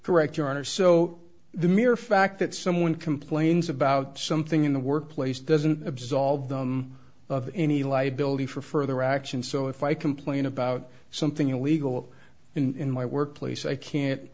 correct your honor so the mere fact that someone complains about something in the workplace doesn't absolve them of any liability for further action so if i complain about something illegal in my workplace i